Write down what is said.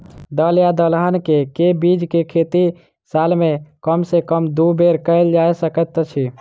दल या दलहन केँ के बीज केँ खेती साल मे कम सँ कम दु बेर कैल जाय सकैत अछि?